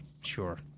Sure